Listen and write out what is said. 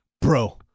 Bro